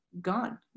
God